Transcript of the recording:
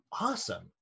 Awesome